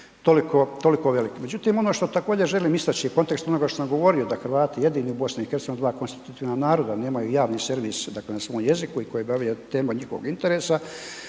toliko velik. Međutim ono što također želim istaći u kontekstu onoga što sam govorio, da Hrvati jedini u BiH-u dva konstitutivna naroda nemaju javni servis na svom jeziku i .../Govornik se ne razumije./... tema njihovog interesa,